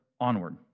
onward